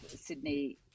Sydney